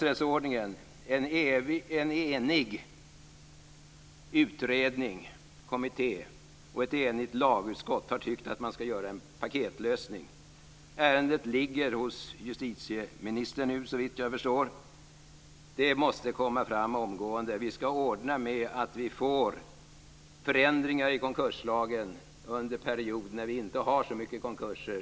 En enig kommitté och ett enigt lagutskott har ansett att man bör göra en paketlösning. Såvitt jag vet ligger nu ärendet hos justitieministern. Det måste komma fram omgående. Vi ska ordna så att vi gör förändringar i konkurslagen under en period då vi inte har så många konkurser.